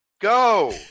Go